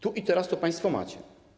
Tu i teraz to państwo macie.